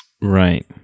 right